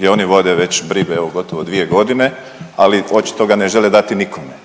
i oni vode već … evo gotovo dvije godine, ali očito ga ne žele dati nikome.